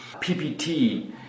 PPT